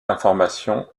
information